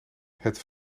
het